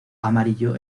amarillo